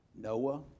Noah